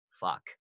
fuck